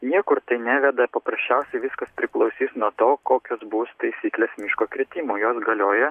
niekur neveda paprasčiausiai viskas priklausys nuo to kokios bus taisyklės miško kritimo jos galioja